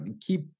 keep